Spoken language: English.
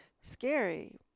scary